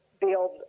build